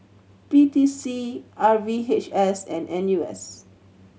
P T C R V H S and N U S